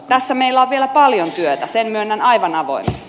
tässä meillä on vielä paljon työtä sen myönnän aivan avoimesti